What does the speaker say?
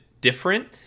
different